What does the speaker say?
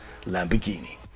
Lamborghini